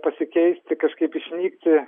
pasikeisti kažkaip išnykti